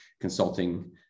consulting